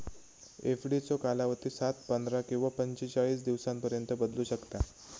एफडीचो कालावधी सात, पंधरा किंवा पंचेचाळीस दिवसांपर्यंत बदलू शकता